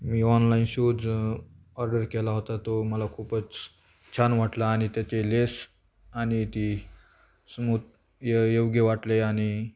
मी online shoes order केला होता तो मला खूपच छान वाटला आणि त्याचे लेस आणि ती स्मूथ य योग्य वाटले आणि